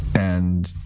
and